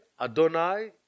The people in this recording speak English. Adonai